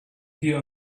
here